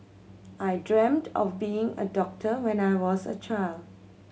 I dreamt of becoming a doctor when I was a child